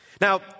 Now